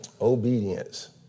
Obedience